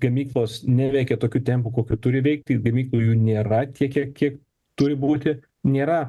gamyklos neveikia tokiu tempu kokiu turi veikti gamyklų jų nėra tiek kiek kiek turi būti nėra